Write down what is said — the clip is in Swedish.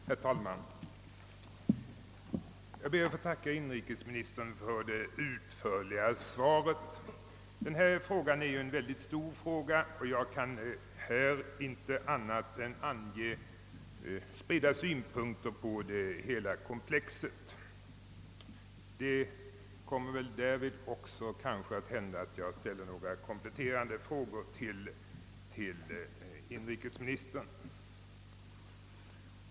Herr talman! Jag ber att få tacka inrikesministern för det utförliga svaret. Detta är en mycket stor fråga, och jag kan nu bara anföra spridda synpunkter på hela problemkomplexet. Kanske kommer jag också i det följande att ställa några kompletterande frågor till inrikesministern.